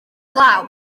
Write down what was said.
glaw